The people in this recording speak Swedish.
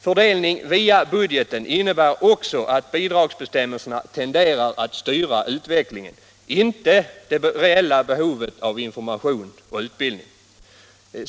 Fördelning via budgeten innebär också att bidragsbestämmelserna tenderar att styra utvecklingen, inte det reella behovet av information och utbildning.